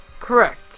Correct